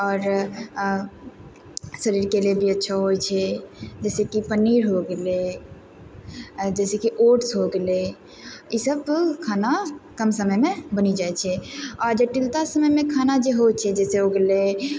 आओर शरीरके लिए भी अच्छा होइ छै जाहिसे कि पनीर हो गेलै जाहिसे कि ओट्स हो गेलै इसब खाना कम समयमे बनि जाइ छै आ जटिलता समयमे खाना जे होइ छै जाहिसे हो गेलै